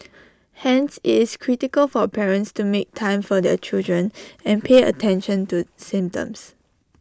hence it's critical for parents to make time for their children and pay attention to symptoms